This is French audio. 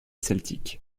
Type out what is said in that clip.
celtiques